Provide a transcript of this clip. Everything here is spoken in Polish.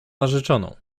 narzeczoną